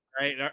right